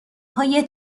های